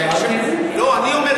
מה אתה רוצה?